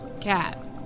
Cat